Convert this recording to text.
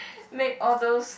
make all those